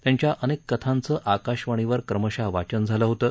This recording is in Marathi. त्यांच्या अनेक कथांचं आकाशवाणीवर क्रमशः वाचन झालं होतं